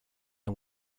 and